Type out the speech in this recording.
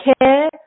care